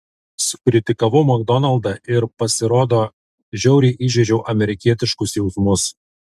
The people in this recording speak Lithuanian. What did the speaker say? sukritikavau makdonaldą ir pasirodo žiauriai įžeidžiau amerikietiškus jausmus